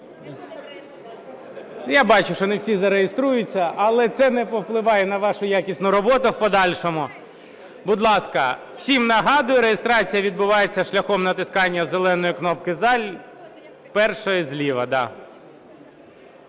Я бачу, що не всі зареєструються. Але це не повпливає на вашу якісну роботу в подальшому. Будь ласка, всім нагадую, реєстрація відбувається шляхом натискання зеленої кнопки "за", першої зліва.